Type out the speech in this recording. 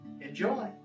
Enjoy